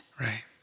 Right